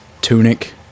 tunic